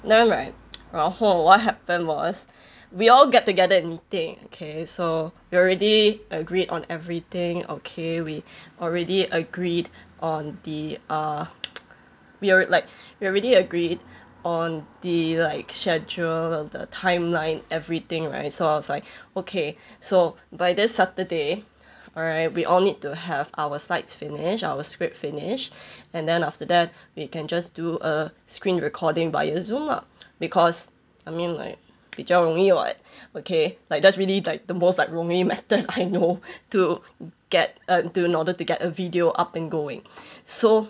then right 然后 what happened was we all get together at meeting okay so we already agreed on everything okay we already agreed on the uh we alr~ like we already agreed on the like schedule the timeline everything right so I was like okay so by this saturday alright we all need to have our slides finished our script finished and then after that we can just do a screen recording via Zoom ah because I mean like 比较容易 [what] okay like that's really like the most like 容易 method I know to get uh to in order to get a video up and going so